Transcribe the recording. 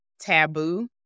taboo